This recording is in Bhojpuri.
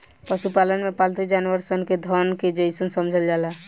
पशुपालन में पालतू जानवर सन के धन के जइसन समझल जाला